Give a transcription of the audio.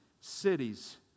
cities